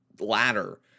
ladder